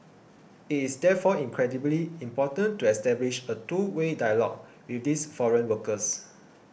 it is therefore incredibly important to establish a two way dialogue with these foreign workers